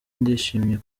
nishimiye